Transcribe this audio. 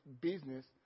business